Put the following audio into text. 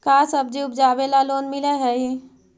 का सब्जी उपजाबेला लोन मिलै हई?